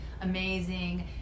amazing